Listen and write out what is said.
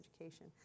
education